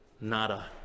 nada